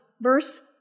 Verse